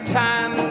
time